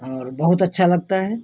और बहुत अच्छा लगता है